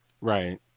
Right